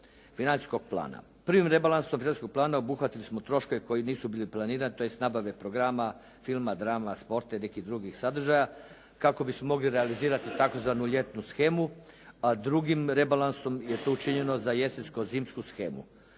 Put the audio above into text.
financijskog plana. Prvim rebalansom financijskog plana obuhvatili smo troškove koji nisu bili planirani, tj. nabave programa filma, drama, sporta i nekih drugih sadržaja kako bismo mogli realizirati tzv. ljetnu shemu, a drugim rebalansom je to učinjeno za jesensko-zimsku shemu.